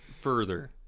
further